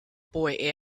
boy